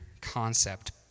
concept